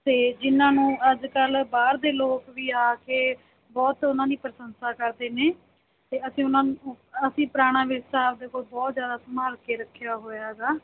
ਅਤੇ ਜਿਨ੍ਹਾਂ ਨੂੰ ਅੱਜ ਕੱਲ੍ਹ ਬਾਹਰ ਦੇ ਲੋਕ ਵੀ ਆ ਕੇ ਬਹੁਤ ਉਹਨਾਂ ਦੀ ਪ੍ਰਸੰਸਾ ਕਰਦੇ ਨੇ ਅਤੇ ਅਸੀਂ ਉਹਨਾਂ ਨੂੰ ਅਸੀਂ ਪੁਰਾਣਾ ਵਿਰਸਾ ਆਪਣੇ ਕੋਲ ਬਹੁਤ ਜ਼ਿਆਦਾ ਸੰਭਾਲ ਕੇ ਰੱਖਿਆ ਹੋਇਆ ਹੈਗਾ